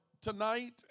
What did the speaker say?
tonight